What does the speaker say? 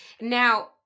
Now